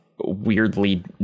weirdly